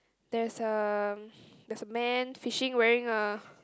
there's a there's a man fishing wearing a